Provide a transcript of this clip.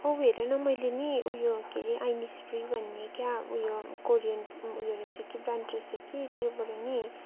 औ हेर न मैले नि उयो के अरे आइन्स फ्री भन्ने क्या उयो कोरियन उयो रहेछ कि ब्रान्ड रहेछ कि त्योबाट पनि